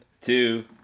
two